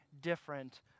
different